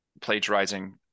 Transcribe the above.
plagiarizing